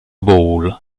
bowl